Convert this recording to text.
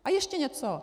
A ještě něco.